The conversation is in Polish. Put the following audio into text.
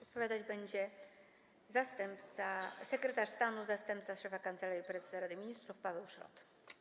Odpowiadać będzie sekretarz stanu zastępca szefa Kancelarii Prezesa Rady Ministrów Paweł Szrot.